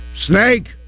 Snake